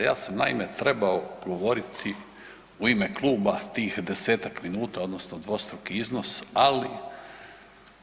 Ja sam naime trebao govoriti u ime kluba tih 10-tak minuta odnosno dvostruki iznos, ali